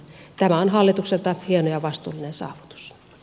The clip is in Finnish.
tämä on hallitukselta hieno ja vastuullinen saavutus